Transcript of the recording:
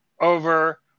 over